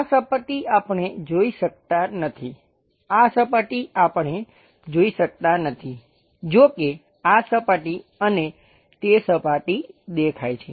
આ સપાટી આપણે જોઈ શકતા નથી આ સપાટી આપણે જોઈ શકતા નથી જો કે આ સપાટી અને તે સપાટી દેખાય છે